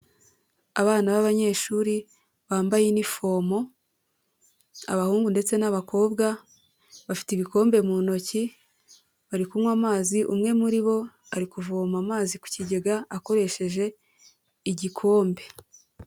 Abana b'abanyeshuri bambaye inifomo, abahungu ndetse n'abakobwa, bafite ibikombe mu ntoki, bari kunywa amazi, umwe muri bo ari kuvoma amazi ku kigega akoresheje igikombe.